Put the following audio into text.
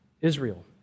Israel